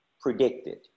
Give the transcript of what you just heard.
predicted